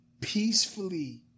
Peacefully